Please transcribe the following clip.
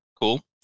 Cool